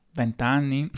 vent'anni